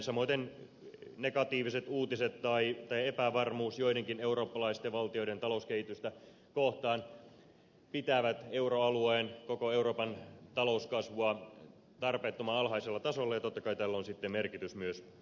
samoiten negatiiviset uutiset tai epävarmuus joidenkin eurooppalaisten valtioiden talouskehitystä kohtaan pitävät euroalueen ja koko euroopan talouskasvua tarpeettoman alhaisella tasolla ja totta kai tällä on sitten merkitys myös suomen talouteen